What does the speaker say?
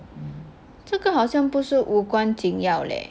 这个好像不是无关紧要 leh